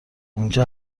اینجا